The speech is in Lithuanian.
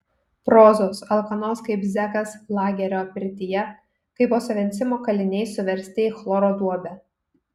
prozos alkanos kaip zekas lagerio pirtyje kaip osvencimo kaliniai suversti į chloro duobę